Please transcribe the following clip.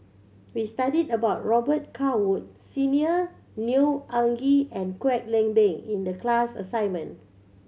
we studied about Robet Carr Woods Senior Neo Anngee and Kwek Leng Beng in the class assignment